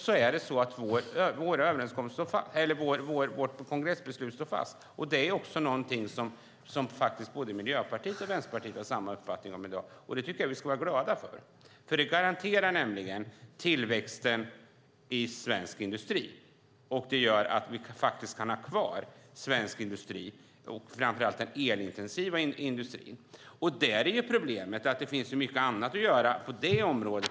Vårt kongressbeslut står fast tills vi har ett annat kongressbeslut. Detta är någonting som både Miljöpartiet och Vänsterpartiet har samma uppfattning om i dag, och det tycker jag att vi ska vara glada för. Det garanterar nämligen tillväxten i svensk industri. Det gör att vi kan ha kvar svensk industri, och framför allt den elintensiva industrin. Problemet är ju att det finns så mycket annat att göra på det området.